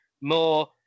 more